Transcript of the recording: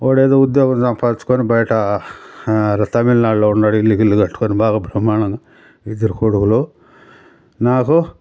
ఒకడు ఏదో ఉద్యోగం సంపాదించుకుని బయట తమిళనాడులో ఉన్నాడు ఇల్లుకి ఇల్లు కట్టుకుని బాగా బ్రహ్మాండంగా ఇద్దరు కొడుకులు నాకు